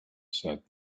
said